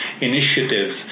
initiatives